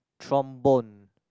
trombone